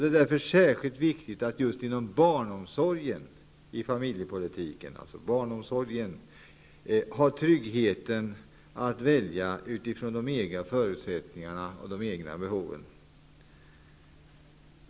Det är därför särskilt viktigt att just inom barnomsorgen ha tryggheten att välja utifrån de egna förutsättningarna och behoven.